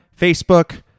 Facebook